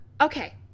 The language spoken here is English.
Okay